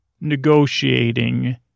negotiating